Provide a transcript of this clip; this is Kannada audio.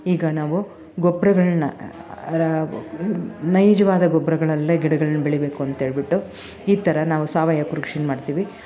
ಈಗ ನಾವು ಗೊಬ್ಬರಗಳ್ನ ಅರ ನೈಜವಾದ ಗೊಬ್ಬರಗಳಲ್ಲೇ ಗಿಡಗಳನ್ನ ಬೆಳಿಬೇಕು ಅಂತೇಳ್ಬಿಟ್ಟು ಈ ಥರ ನಾವು ಸಾವಯವ ಕೃಷಿನ ಮಾಡ್ತೀವಿ